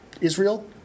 Israel